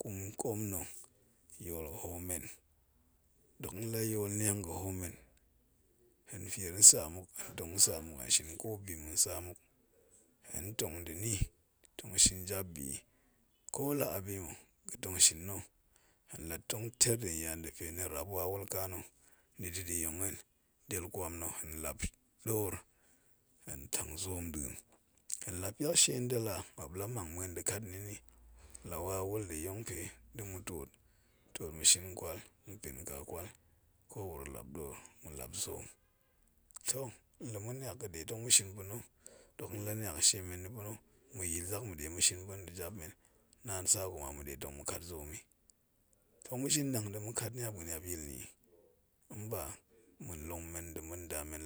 Kum koonnoe, hoommen dok din la yo mang ga̱ hoommem, heu fier nsamuk, hen shin ko bi ma̱ nsa muk, hen tong nda̱ ni ko la a bima ga̱ tong shina̱, hen la tong ter den ya da̱pe, nirap wawal nkana̱, tong da̱ yong hen del kwam na̱, hen zak hen lap door, hen tang zoom nda̱a̱n, hen la piak she nda̱la muap la̱ mang da̱ kat ni ni ni wawul ma̱ tuot ma̱ shin kwali, ni dok din la niang ga̱ she men ni pa̱ng, ma̱ nde tong ma̱ shi gwen tap bi naan sa kuma ma̱ lap door tong ma̱ shi dang de ma̱ kat niap ga̱ niap yil na̱ i, nba ma̱, nlong men nda̱ ma̱ nda men